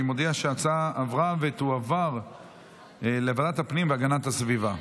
אני מודיע שההצעה עברה ותועבר לוועדת הפנים והגנת הסביבה.